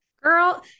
Girl